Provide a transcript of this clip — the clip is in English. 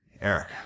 Eric